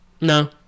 No